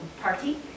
party